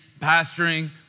pastoring